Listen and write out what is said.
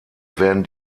werden